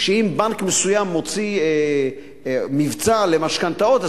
שאם בנק מסוים הוציא מבצע למשכנתאות,